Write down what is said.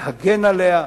להגן עליה,